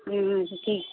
हँ तऽ ठीक छै